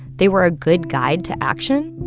they were a good guide to action.